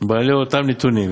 בעלי אותם נתונים,